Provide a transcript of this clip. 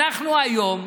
היום